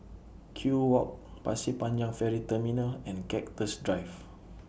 Kew Walk Pasir Panjang Ferry Terminal and Cactus Drive